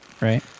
right